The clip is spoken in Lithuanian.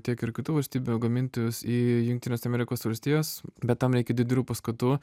tiek ir kitų valstybių gamintojus į jungtines amerikos valstijas bet tam reikia didelių paskatų